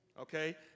Okay